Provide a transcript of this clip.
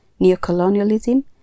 neocolonialism